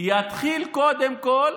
יתחיל קודם כול,